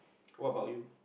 what about you